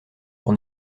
pour